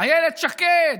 אילת שקד.